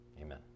Amen